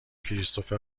کریستوفر